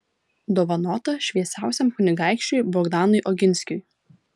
dovanota šviesiausiam kunigaikščiui bogdanui oginskiui